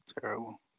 Terrible